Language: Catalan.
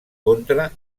contra